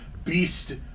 Beast